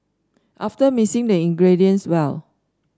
after mixing the ingredients well